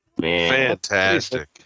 fantastic